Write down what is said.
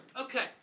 Okay